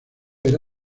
era